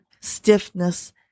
stiffness